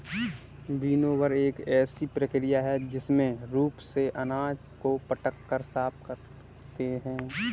winnower एक ऐसी प्रक्रिया है जिसमें रूप से अनाज को पटक कर साफ करते हैं